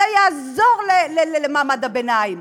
זה יעזור למעמד הביניים.